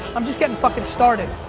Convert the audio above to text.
i'm just getting fucking started.